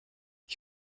ich